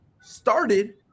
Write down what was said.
started